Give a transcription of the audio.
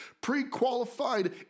pre-qualified